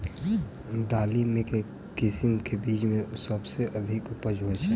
दालि मे केँ किसिम केँ बीज केँ सबसँ अधिक उपज होए छै?